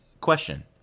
question